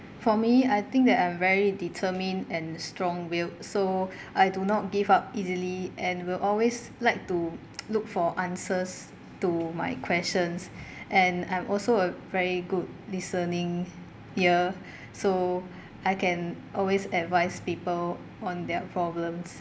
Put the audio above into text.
for me I think that I'm very determined and strong willed so I do not give up easily and will always like to look for answers to my questions and I'm also a very good listening ear so I can always advise people on their problems